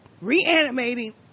reanimating